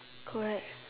correct